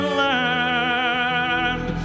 land